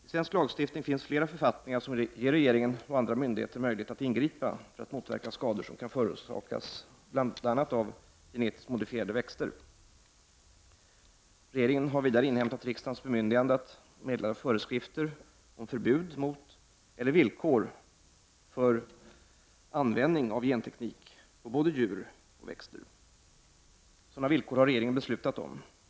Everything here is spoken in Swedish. I svensk lagstiftning finns flera författningar som ger regeringen och andra myndigheter möjlighet att ingripa för att motverka skador som kan förorsakas av bl.a. genetiskt modifierade växter. Regeringen har vidare inhämtat riksdagens bemyndigande att meddela föreskrifter om förbud mot eller villkor för användning av genteknik på både djur och växter. Sådana villkor har regeringen beslutat om.